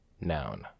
noun